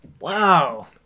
Wow